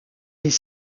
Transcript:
des